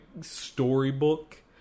storybook